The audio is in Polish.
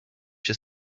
się